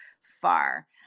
far